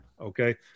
Okay